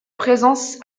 présence